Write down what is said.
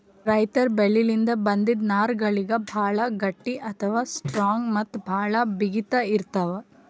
ರೈತರ್ ಬೆಳಿಲಿನ್ದ್ ಬಂದಿಂದ್ ನಾರ್ಗಳಿಗ್ ಭಾಳ್ ಗಟ್ಟಿ ಅಥವಾ ಸ್ಟ್ರಾಂಗ್ ಮತ್ತ್ ಭಾಳ್ ಬಿಗಿತ್ ಇರ್ತವ್